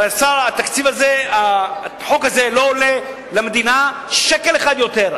הרי החוק הזה לא עולה למדינה שקל אחד יותר,